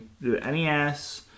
NES